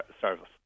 service